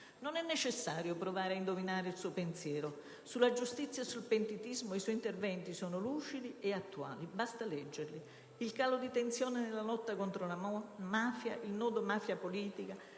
Non è necessario provare ad indovinare il suo pensiero. Sulla giustizia e sul pentitismo i suoi interventi sono lucidi e attuali. Basta leggerli. Il calo di tensione nella lotta contro la mafia, il nodo mafia-politica,